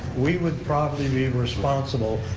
we would probably be responsible,